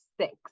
six